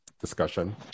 discussion